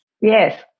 Yes